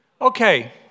Okay